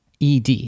ED